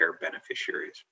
beneficiaries